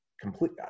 complete